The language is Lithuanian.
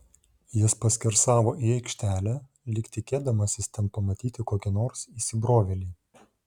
jis paskersavo į aikštelę lyg tikėdamasis ten pamatyti kokį nors įsibrovėlį